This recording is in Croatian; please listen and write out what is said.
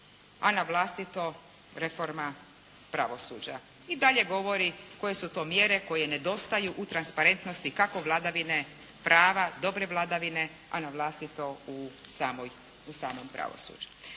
a na vlastito reforma pravosuđa. I dalje govori koje su to mjere koje nedostaju u transparentnosti kako vladavine prava, dobre vladavine, a na vlastito u samom pravosuđu.